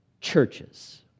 churches